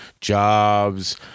jobs